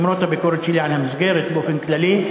למרות הביקורת שלי על המסגרת באופן כללי.